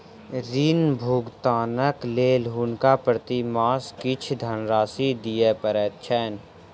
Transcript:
ऋण भुगतानक लेल हुनका प्रति मास किछ धनराशि दिअ पड़ैत छैन